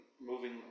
moving